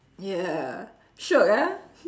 yeah shiok ah